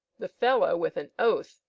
the fellow, with an oath,